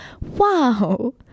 wow